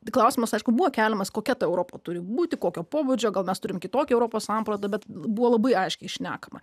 tai klausimas aišku buvo keliamas kokia ta europa turi būti kokio pobūdžio gal mes turime kitokią europos sampratą bet buvo labai aiškiai šnekama